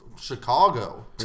Chicago